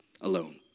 alone